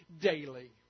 daily